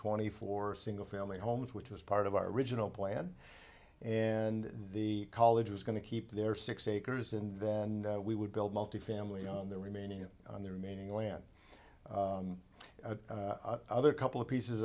twenty four single family homes which was part of our original plan and the college was going to keep their six acres and then we would build multifamily on the remaining on the remaining land other couple of pieces